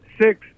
six